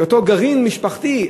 אותו גרעין משפחתי,